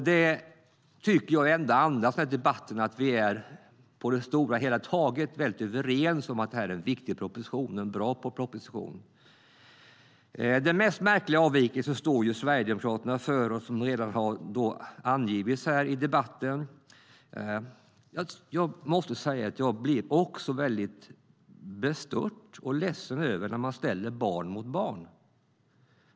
Jag tycker att den här debatten andas att vi på det stora hela är väldigt överens om att det är en viktig och bra proposition. Den märkligaste avvikelsen står Sverigedemokraterna för, vilket redan har angivits i debatten. Jag måste säga att jag blir väldigt bestört och ledsen när man ställer barn mot barn.